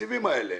והתקציבים האלה.